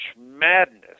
Madness